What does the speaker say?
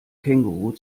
känguruh